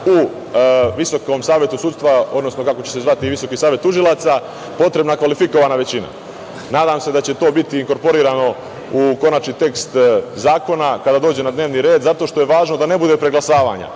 odluka u VSS, odnosno kako će se zvati Visoki savet tužilaca, potrebna kvalifikovana većina. Nadam se da će to biti inkorporirano u konačni tekst zakona kada dođe na dnevni red zato što je važno da ne bude preglasavanja